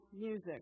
music